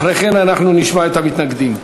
אחרי כן אנחנו נשמע את המתנגדים.